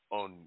on